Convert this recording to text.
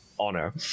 Honor